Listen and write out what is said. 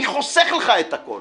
אני חוסך לך את הכול.